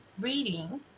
reading